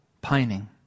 pining